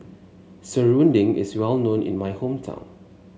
Serunding is well known in my hometown